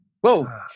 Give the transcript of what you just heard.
whoa